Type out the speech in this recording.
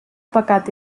pecat